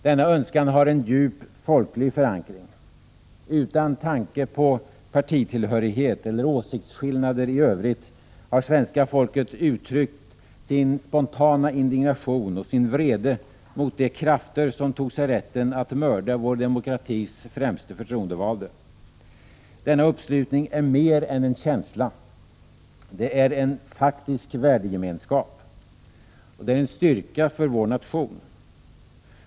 Denna önskan har en djup folklig förankring. Utan tanke på partitillhörighet eller åsiktsskillnader i övrigt har svenska folket uttryckt sin spontana indignation och sin vrede mot de krafter som tog sig rätten att mörda vår demokratis främste förtroendevalde. Denna uppslutning är mer än en känsla. Det är en faktisk värdegemenskap. Den är en styrka för vår nation.